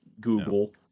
Google